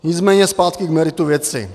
Nicméně zpátky k meritu věci.